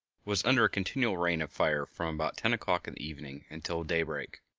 was under a continual rain of fire from about ten o'clock in the evening until daybreak.